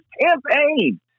Campaign